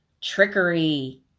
Trickery